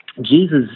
Jesus